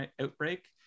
outbreak